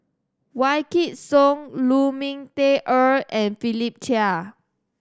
Wykidd Song Lu Ming Teh Earl and Philip Chia